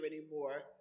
anymore